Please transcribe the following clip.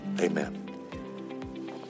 Amen